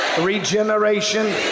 regeneration